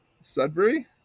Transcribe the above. Sudbury